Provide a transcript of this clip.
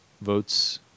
votes